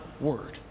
word